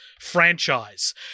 franchise